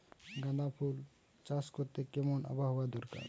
গাঁদাফুল চাষ করতে কেমন আবহাওয়া দরকার?